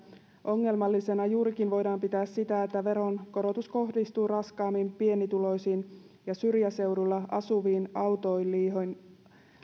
ongelmallisena voidaan pitää juurikin sitä että veronkorotus kohdistuu raskaammin pienituloisiin ja syrjäseudulla asuviin autoilijoihin